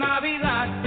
Navidad